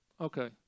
okay